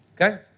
Okay